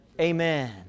amen